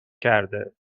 کرده